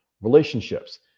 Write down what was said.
relationships